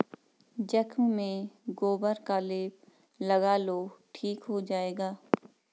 जख्म में गोबर का लेप लगा लो ठीक हो जाएगा